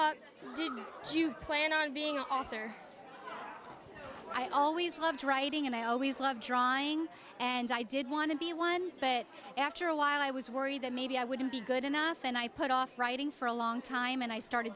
didn't plan on being an author i always loved writing and i always loved drawing and i did want to be one but after a while i was worried that maybe i wouldn't be good enough and i put off writing for a long time and i started